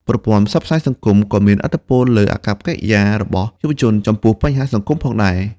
ប្រព័ន្ធផ្សព្វផ្សាយសង្គមក៏មានឥទ្ធិពលលើអាកប្បកិរិយារបស់យុវជនចំពោះបញ្ហាសង្គមផងដែរ។